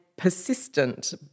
persistent